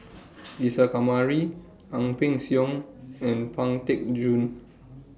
Isa Kamari Ang Peng Siong and Pang Teck Joon